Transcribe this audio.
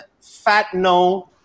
Fatno